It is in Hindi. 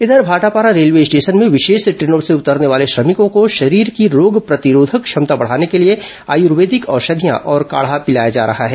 इधर भाटापारा रेलवे स्टेशन में विशेष ट्रेनों से उतरने वाले श्रमिकों को शरीर की रोग प्रतिरोधक क्षमता बढ़ाने के लिए आयुर्वेदिक औषधियां और काढ़ा पिलाया जा रहा है